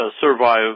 survive